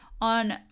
On